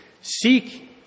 Seek